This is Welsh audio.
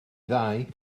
ddau